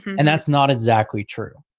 and that's not exactly true.